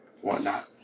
whatnot